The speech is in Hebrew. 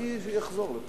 אני אחזור לפה.